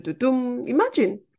Imagine